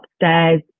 upstairs